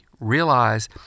realize